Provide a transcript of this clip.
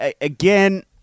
again